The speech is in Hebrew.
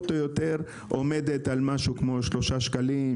או יותר עומדת על משהו כמו שלושה שקלים,